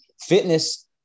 Fitness